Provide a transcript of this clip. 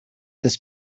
this